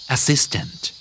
Assistant